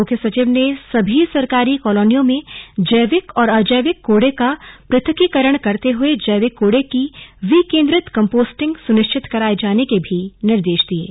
मुख्य सचिव ने सभी सरकारी कॉलोनियों में जैविक और अजैविक कूड़े का पृथक्कीकरण करते हुए जैविक कूड़े की विकेंद्रित कम्पोस्टिंग सुनिश्चित कराए जाने के निर्देश दिये हैं